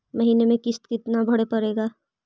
महीने में किस्त कितना भरें पड़ेगा?